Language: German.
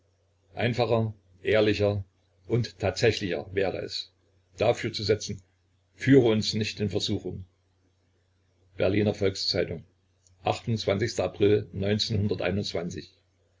einfacher ehrlicher und tatsächlicher wäre es dafür zu setzen führe uns nicht in versuchung berliner volks-zeitung april